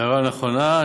הערה נכונה.